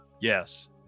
Yes